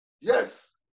Yes